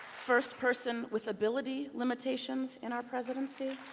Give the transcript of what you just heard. first person with ability limitations in our presidency?